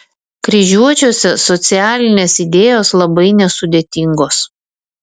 kryžiuočiuose socialinės idėjos labai nesudėtingos